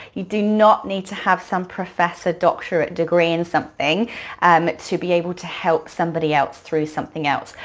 you do not need to have some professor doctorate degree in something um to be able to help somebody else through something else.